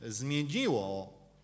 zmieniło